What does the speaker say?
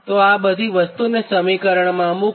તો આ બધી વસ્તુને સમીકરણમાં મુકો